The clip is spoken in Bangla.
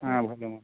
হ্যাঁ ভালো হবে